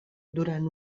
durant